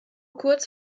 kurz